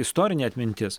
istorinė atmintis